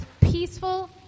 peaceful